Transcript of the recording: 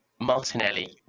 Martinelli